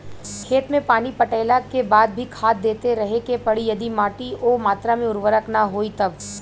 खेत मे पानी पटैला के बाद भी खाद देते रहे के पड़ी यदि माटी ओ मात्रा मे उर्वरक ना होई तब?